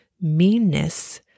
meanness